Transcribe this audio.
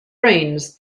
brains